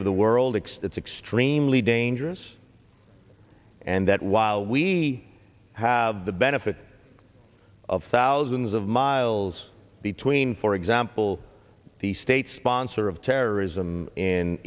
of the world x that's extremely dangerous and that while we have the benefit of thousands of miles between for example the state sponsor of terrorism in